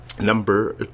Number